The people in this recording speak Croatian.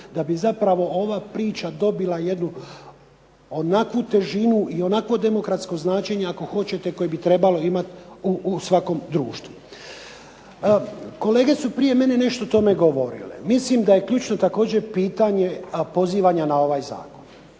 da bi zapravo ova priča dobila jednu onakvu težinu i onakvo demokratsko značenje koje bi trebalo imati u demokratskom društvu. Kolege su prije mene nešto o tome govorile. Mislim da je ključno pitanje pozivanja na ovaj Zakon.